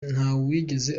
ntawigeze